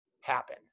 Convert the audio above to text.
happen